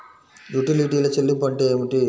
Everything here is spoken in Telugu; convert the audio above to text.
యుటిలిటీల చెల్లింపు అంటే ఏమిటి?